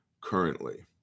currently